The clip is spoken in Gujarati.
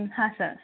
હા સર